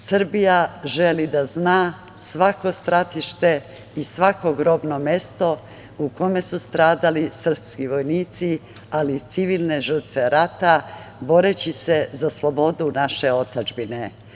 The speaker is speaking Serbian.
Srbija želi da zna svako stratište i svako grobno mesto u kome su stradali srpski vojnici, ali i civilne žrtve rata, boreći se za slobodu naše otadžbine.